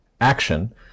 action